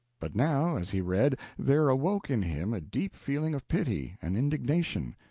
but now, as he read, there awoke in him a deep feeling of pity and indignation,